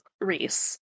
reese